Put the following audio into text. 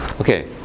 Okay